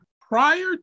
Prior